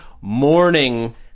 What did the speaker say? morning